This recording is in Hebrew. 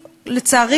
לצערי,